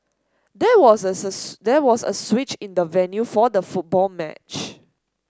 there was a there was a switch in the venue for the football match